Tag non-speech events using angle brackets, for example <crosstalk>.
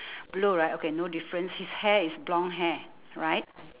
<breath> blue right okay theres no difference his hair is blonde hair right